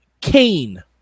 Kane